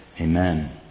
Amen